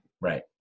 Right